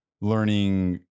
learning